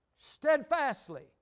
steadfastly